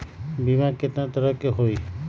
बीमा केतना तरह के होइ?